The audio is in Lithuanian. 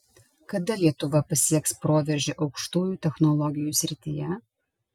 kada lietuva pasieks proveržį aukštųjų technologijų srityje